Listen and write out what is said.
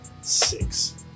six